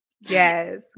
Yes